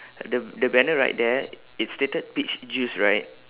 the the banner right there it's stated peach juice right